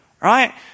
right